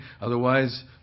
Otherwise